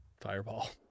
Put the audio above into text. Fireball